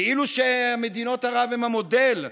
כאילו שמדינות ערב הן המודל שלנו.